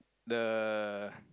the